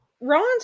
Ron's